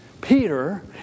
Peter